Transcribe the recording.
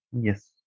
Yes